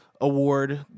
Award